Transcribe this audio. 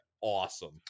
awesome